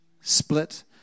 split